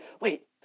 wait